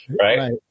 Right